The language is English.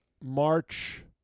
March